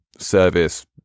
service